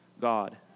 God